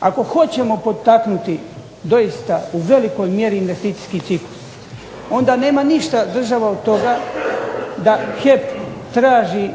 Ako hoćemo potaknuti doista u velikoj mjeri investicijski ciklus, onda nema ništa država od toga da HEP traži